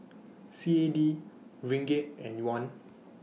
C A D Ringgit and Yuan